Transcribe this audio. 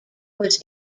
was